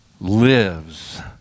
lives